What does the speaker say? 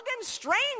strangers